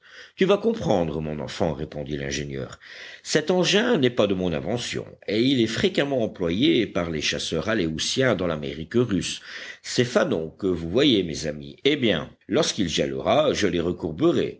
tu vas comprendre mon enfant répondit l'ingénieur cet engin n'est pas de mon invention et il est fréquemment employé par les chasseurs aléoutiens dans l'amérique russe ces fanons que vous voyez mes amis eh bien lorsqu'il gèlera je les recourberai